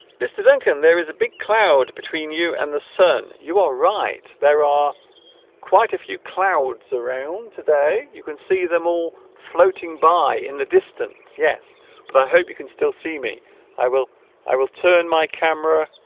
mr. duncan there is a big cloud between you and the sun you are right there are quite a few clouds around today you can see them all floating by in the distance yes but hope you can still see me i will i will turn my camera